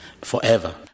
forever